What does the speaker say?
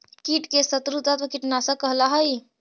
कीट के शत्रु तत्व कीटनाशक कहला हई